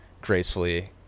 gracefully